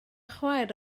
chwaer